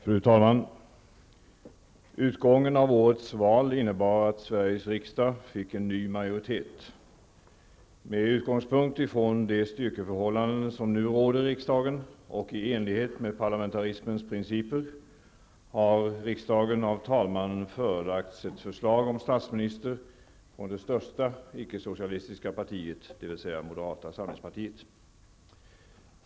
Fru talman! Utgången av årets val innebar att Sveriges riksdag fick en ny majoritet. Med utgångspunkt i de styrkeförhållanden som nu råder i riksdagen och i enlighet med parlamentarismens principer har riksdagen av talmannen förelagts ett förslag om statsminister från det största ickesocialistiska partiet, dvs. moderata samlingspartiet.